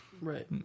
Right